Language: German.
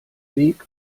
weg